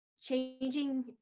changing